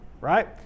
right